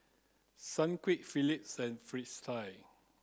Sunquick Phillips and Fristine